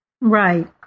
Right